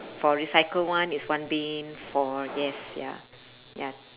for recycled one is one bin for yes ya ya